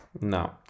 No